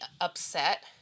upset